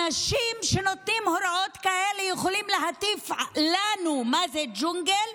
אנשים שנותנים הוראות כאלה יכולים להטיף לנו מה זה ג'ונגל?